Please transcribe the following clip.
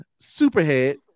Superhead